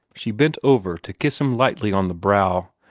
she bent over to kiss him lightly on the brow,